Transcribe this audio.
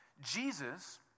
Jesus